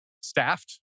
staffed